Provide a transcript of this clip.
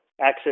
access